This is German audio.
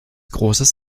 großes